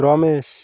Ramesh